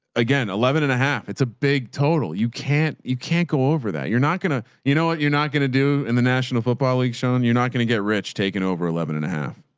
again, eleven and a half. it's a big total. you can't, you can't go over that. you're not going to, you know, ah you're not going to do in the national football league shown. you're not going to get rich taken over eleven and a half.